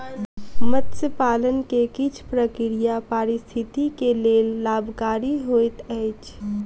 मत्स्य पालन के किछ प्रक्रिया पारिस्थितिकी के लेल लाभकारी होइत अछि